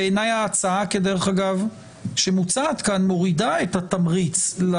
בעיניי, ההצעה שמוצעת כאן מורידה את התמריץ.